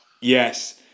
Yes